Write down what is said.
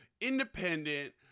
independent